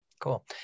cool